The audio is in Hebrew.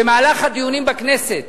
במהלך הדיונים בכנסת,